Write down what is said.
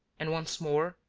and once more,